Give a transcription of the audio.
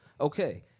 Okay